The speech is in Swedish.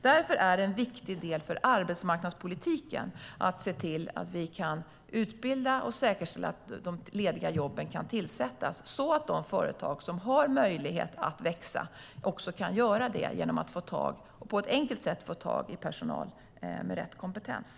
Därför är det en viktig del i arbetsmarknadspolitiken att se till att vi kan utbilda människor och säkerställa att de lediga jobben kan tillsättas, så att de företag som har möjlighet att växa också kan göra det genom att på ett enkelt sätt få tag i personal med rätt kompetens.